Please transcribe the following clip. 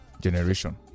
generation